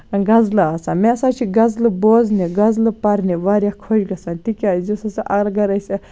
غزلہٕ آسان مےٚ ہسا چھِ غزلہٕ بوزنہِ غزلہٕ پَرنہِ واریاہ خۄش گژھان تِکیٛازِ یُس ہسا ارگر أسۍ